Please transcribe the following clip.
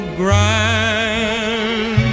grand